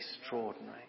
extraordinary